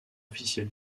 officiel